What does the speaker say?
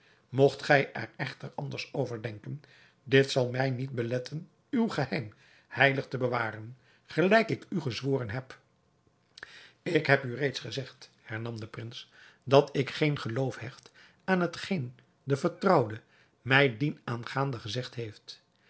mogt gij er echter anders over denken dit zal mij niet beletten uw geheim heilig te bewaren gelijk ik u gezworen heb ik heb u reeds gezegd hernam de prins dat ik geen geloof hecht aan hetgeen de vertrouwde mij dienaangaande gezegd heeft